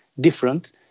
different